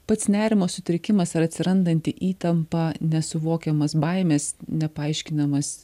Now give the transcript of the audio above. pats nerimo sutrikimas ar atsirandanti įtampa nesuvokiamas baimės nepaaiškinamas